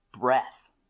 breath